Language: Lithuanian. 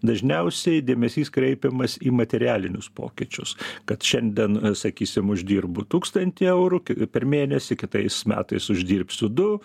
dažniausiai dėmesys kreipiamas į materialinius pokyčius kad šiandien sakysim uždirbu tūkstantį eurų per mėnesį kitais metais uždirbsiu du